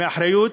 מתוך אחריות,